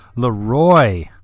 Leroy